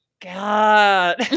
God